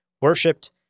worshipped